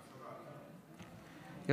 והשבת.